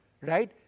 right